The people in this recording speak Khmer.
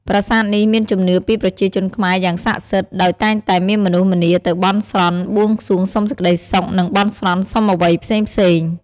ប្រាសាទនេះមានជំនឿពីប្រជាជនខ្មែរយ៉ាងស័ក្តិសិទ្ធ ដោយតែងតែមានមនុស្សម្នាទៅបន់ស្រន់បួងសួងសុំសេចក្ដីសុខ និង បន់ស្រន់សុំអ្វីផ្សេងៗ។